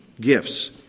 gifts